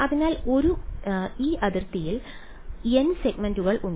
അതിനാൽ ഒരു ഈ അതിർത്തിയിൽ n സെഗ്മെന്റുകൾ ഉണ്ട്